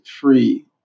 free